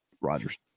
Rodgers